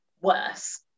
worse